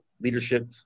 leadership